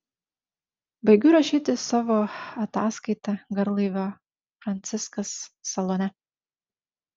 baigiu rašyti savo ataskaitą garlaivio franciskas salone